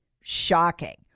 Shocking